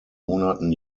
monaten